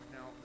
Now